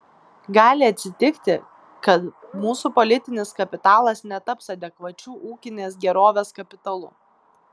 gali atsitikti kad mūsų politinis kapitalas netaps adekvačiu ūkinės gerovės kapitalu